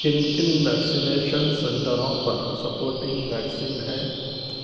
کن کن ویکسینیشن سنٹروں پر سپورٹنگ ویکسین ہے